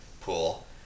pool